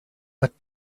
but